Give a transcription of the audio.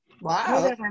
Wow